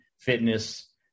fitness